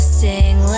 sing